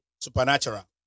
Supernatural